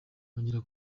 kongera